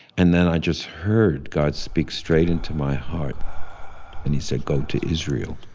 and then i just heard god speak straight into my heart and he said, go to israel.